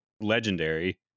legendary